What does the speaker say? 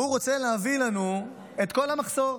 והוא רוצה להביא לנו את כל המחסור.